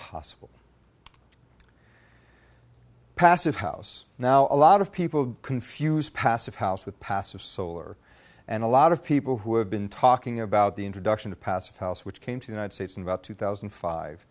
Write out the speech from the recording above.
possible passive house now a lot of people confuse passive house with passive solar and a lot of people who have been talking about the introduction of passive house which came to united states in about two thousand